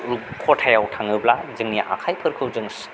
खथायाव थाङोब्ला जोंनि आखाइफोरखौ जों